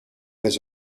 was